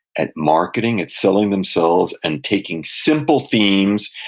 at marketing, at selling themselves, and taking simple themes,